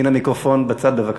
מן המיקרופון בצד, בבקשה.